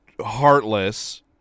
heartless